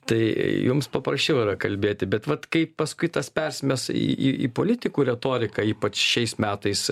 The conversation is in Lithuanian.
tai jums paprasčiau yra kalbėti bet vat kaip paskui tas persimes į į į politikų retoriką ypač šiais metais